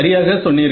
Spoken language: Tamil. சரியாக சொன்னீர்கள்